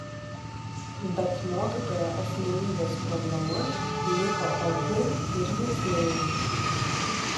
bet mokytojo asmenybės problema liko opi ir licėjui